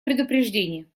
предупреждение